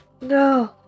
No